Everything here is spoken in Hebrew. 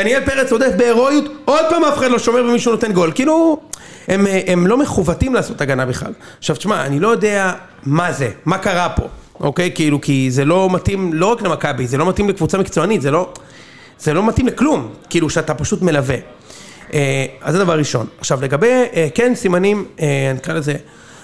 דניאל פרץ הודף בהירואיות, עוד פעם אף אחד לא שומר ומישהו נותן גול. כאילו, הם לא מחווטים לעשות הגנה בכלל. עכשיו תשמע, אני לא יודע מה זה, מה קרה פה, אוקיי? כאילו כי זה לא מתאים לא רק למכבי, זה לא מתאים לקבוצה מקצוענית, זה לא מתאים לכלום, כאילו שאתה פשוט מלווה. אז זה דבר ראשון. עכשיו, לגבי כן סימנים אני אקרא לזה